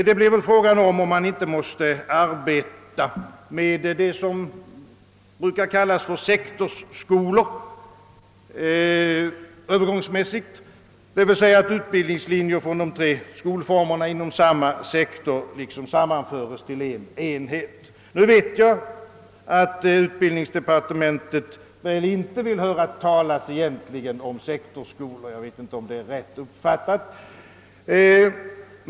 Fråga är om man inte övergångsmässigt måste arbeta med det som brukar kallas sektorsskolor, d.v.s. så att utbildningslinjer från de tre skolformerna inom samma sektor sammanförs till en enhet. Nu vill man inom utbildningsdepartementet — om jag uppfattat saken rätt — egentligen inte höra talas om sektorsskolor.